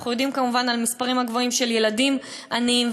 ואנחנו יודעים כמובן על המספרים הגבוהים של ילדים עניים,